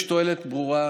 יש תועלת ברורה,